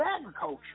Agriculture